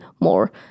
more